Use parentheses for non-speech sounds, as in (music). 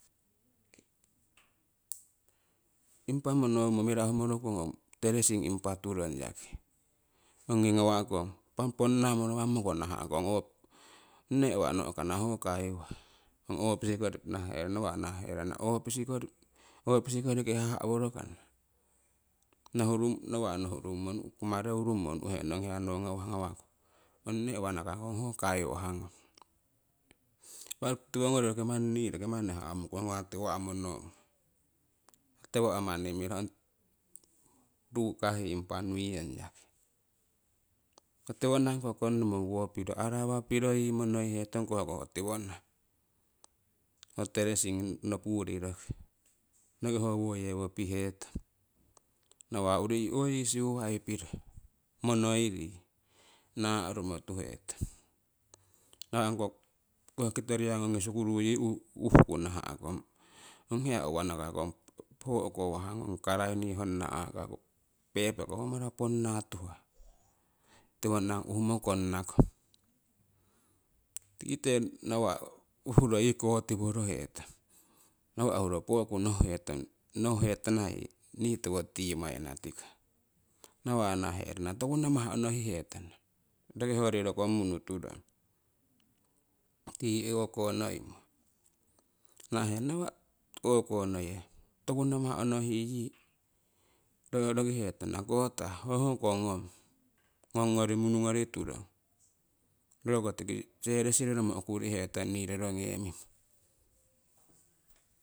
. Impa monomo mirahu morokong ong teresing impa turong yaki, ongii ngawa'kong ponnako (unintelligible) monowammo moko naha'kong nee uwa no'kana ho kaiwah ongi opisi koriki, nawa' nahaherana opisi koriki haha' worokana? Nawa' nohurummo kumareu rummo nu'he niuyong hiya ongnowo ngawah ngawaku ong nee uwa nakakong ho kaiwahgung, tiwongori nii roki manni hamukong ong tiwo ngawah monoh. Tiwah roki manni mirahu ruukawah. Impa niuyong yaki tiwonanangko konnimo wo piro arawaki piro yii monoihetong hoko ho tiwonang ho teresing nopuri roki. Roki ho wo yewo pihetong nawa' urii yii siuwai piro monoiro nahrumotuhetong. Nawa' ong kokoh kitoriya ngung ongi sukuru yii uuhku nahahkong ong hiya uwanakakong ho ukowahung, karaingii yii honna aakaku pepako ho mara ponna tuhah tiwonanang uhumo konnakong. Tikite nawa' uhuro yii kotiworohetong nawah huro pooku yii no'hetong no'hetana nii tiwo timaina tiko, nawa' nahaherana tokunamah onohihetana roki hoyorii rokong muunu turong, tii o'ko noimo nahaherana nawa' o'konoye tokunamah onohii yii rokihetana kotah hohoko nongngorii munu ngorii turong rooko tikii jeles roromo okurihetong nii rorogemimo.